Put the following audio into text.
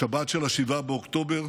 השבת של 7 באוקטובר